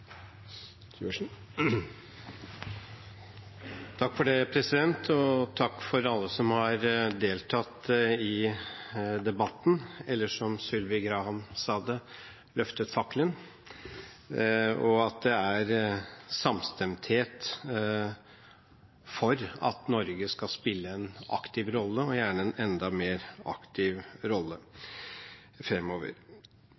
livssynsminoritetane? Takk til alle som har deltatt i debatten, eller som representanten Sylvi Graham sa det, løftet fakkelen, og for at det er samstemthet for at Norge skal spille en aktiv rolle, og gjerne en enda mer aktiv